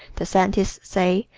the scientists say,